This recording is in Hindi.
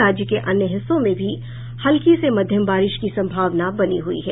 राज्य के अन्य हिस्सों में भी हल्की से मध्यम बारिश की सम्भावना बनी हुई है